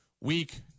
week